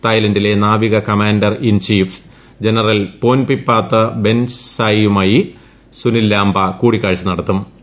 തായ്ലാന്റിലെ നാവിക commander in chief general Ponpipaat ബെൻയാസ്രിയുമായി സുനിൽ ലാംബ കൂടിക്കാഴ്ച നട്ത്തു്